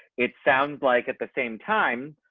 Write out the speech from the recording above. it sounds like at the same time.